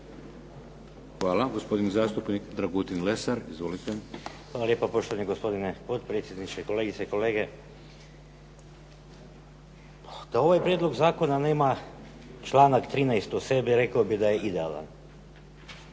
Hvala. Gospodin zastupnik Dragutin Lesar. Izvolite. **Lesar, Dragutin (Nezavisni)** Hvala lijepo poštovani gospodine potpredsjedniče, kolegice i kolege. Da ovaj prijedlog zakona nema članak 13. u sebi, rekao bih da je idealan.